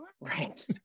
right